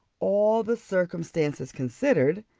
all the circumstances considered,